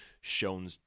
shown